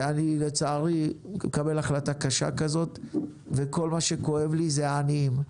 לצערי אני מקבל החלטה קשה כזאת וכל מה שכואב לי אלה הם העניים.